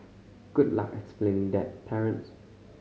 good luck explaining that parents